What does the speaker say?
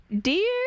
Dear